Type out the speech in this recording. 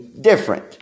different